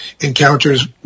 encounters